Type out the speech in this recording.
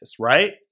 Right